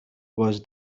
was